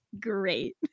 great